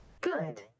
Good